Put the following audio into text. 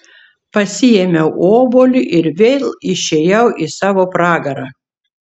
pasiėmiau obuolį ir vėl išėjau į savo pragarą